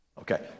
Okay